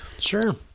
Sure